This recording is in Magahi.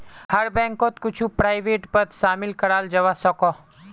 हर बैंकोत कुछु प्राइवेट पद शामिल कराल जवा सकोह